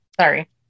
Sorry